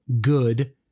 good